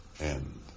end